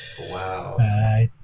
Wow